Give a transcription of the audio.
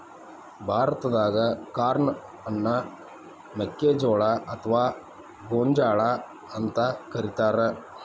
ಭಾರತಾದಾಗ ಕಾರ್ನ್ ಅನ್ನ ಮೆಕ್ಕಿಜೋಳ ಅತ್ವಾ ಗೋಂಜಾಳ ಅಂತ ಕರೇತಾರ